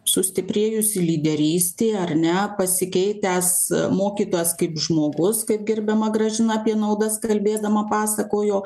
sustiprėjusi lyderystė ar ne pasikeitęs mokytojas kaip žmogus kaip gerbiama gražina apie naudas kalbėdama pasakojo